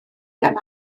gan